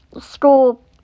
school